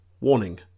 Warning